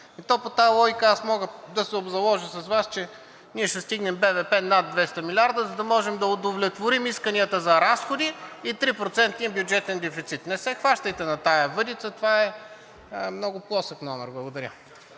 то по тази логика аз мога да се обзаложа с Вас, че ние ще стигнем БВП над 200 милиарда, за да можем да удовлетворим исканията за разходи и 3-процентния бюджетен дефицит. Не се хващайте на тази въдица, това е много плосък номер. Благодаря.